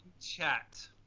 chat